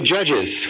Judges